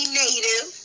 native